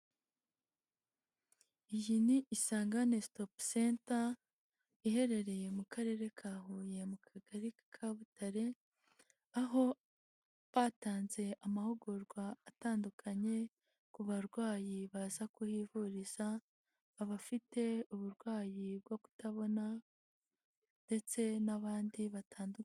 Iyi ni Isange one stop center iherereye mu karere ka huye, mu kagari ka Butare, aho batanze amahugurwa atandukanye ku barwayi baza ku yivuriza, abafite uburwayi bwo kutabona ndetse n'abandi batandukanye.